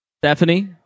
Stephanie